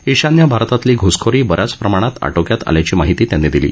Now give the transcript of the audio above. ईशान्य भारतातली घुसखोरी ब याच प्रमाणात आर्फियात आल्याची माहिती त्यांनी दिली